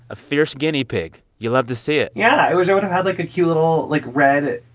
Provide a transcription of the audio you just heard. a fierce guinea pig. you love to see it yeah. i wish i would've had, like, a cute little, like, red,